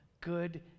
good